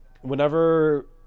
whenever